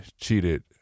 cheated